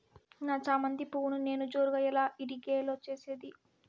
నా చామంతి పువ్వును నేను జోరుగా ఎలా ఇడిగే లో చేసేది?